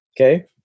okay